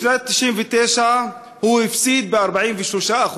בשנת 1999 הוא הפסיד ב-43%,